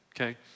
Okay